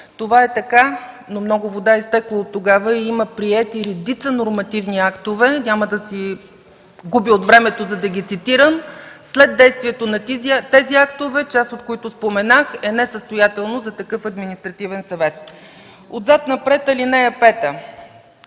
Това е така, но много вода е изтекла оттогава и има приети редица нормативни актове. Няма да си губя от времето, за да ги цитирам. След действието на тези актове, част от които споменах, е несъстоятелен такъв административен съвет. Отзад напред – ал.